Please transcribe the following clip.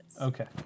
Okay